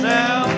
now